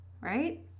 right